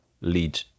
lead